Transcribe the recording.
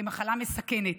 כמחלה מסכנת.